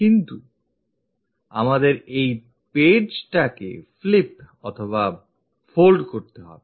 কিন্তু আমাদের এই page টাকে flip বা fold করতে হবে